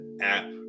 app